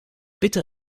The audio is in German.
bitte